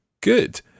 Good